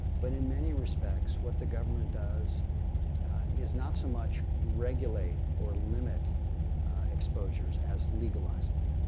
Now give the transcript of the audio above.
but in many respects, what the government does is not so much regulate or limit exposures as legalized them.